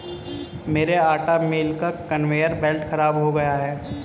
मेरे आटा मिल का कन्वेयर बेल्ट खराब हो गया है